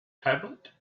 tablet